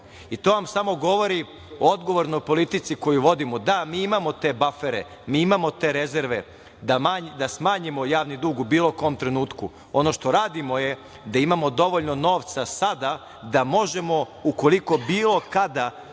To vam samo govori o odgovornoj politici koju vodimo. Da, mi imamo te bafere, mi imamo te rezerve da smanjimo javni dug u bilo kom trenutku. Ono što radimo je da imamo dovoljno novca sada da možemo ukoliko bilo kada